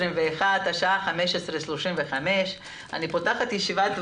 15:35.